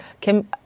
Kim